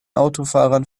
autofahrern